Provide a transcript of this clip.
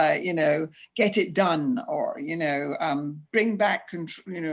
ah you know get it done, or you know um bring back control. you know